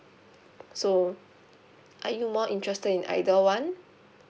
so are you more interested in either one